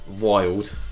Wild